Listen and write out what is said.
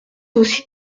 aussi